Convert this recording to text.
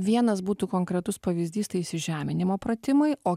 vienas būtų konkretus pavyzdys tai įsižeminimo pratimai o